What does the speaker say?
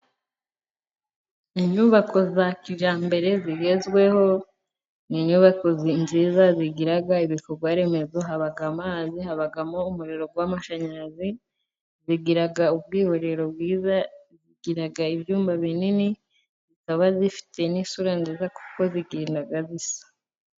Inyubako za kijyambere zigezweho ,ni inyubako nziza zigira ibikorwa remezo haba amazi ,habamo umuriro w'amashanyarazi ,bigira ubwiherero bwiza ,bigira ibyumba binini ,bikaba bifite n'isura nziza kuko bigenda bisa.